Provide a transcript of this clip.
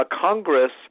Congress